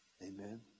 Amen